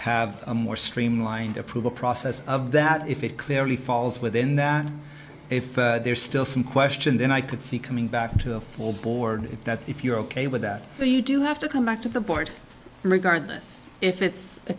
have a more streamlined approval process of that if it clearly falls within that if there's still some question then i could see coming back to the full board that if you're ok with that you do have to come back to the board regardless if it's a